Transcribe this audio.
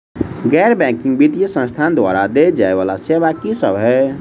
गैर बैंकिंग वित्तीय संस्थान द्वारा देय जाए वला सेवा की सब है?